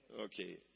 Okay